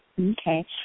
Okay